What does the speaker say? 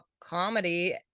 comedy